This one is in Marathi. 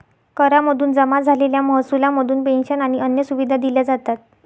करा मधून जमा झालेल्या महसुला मधून पेंशन आणि अन्य सुविधा दिल्या जातात